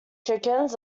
chickens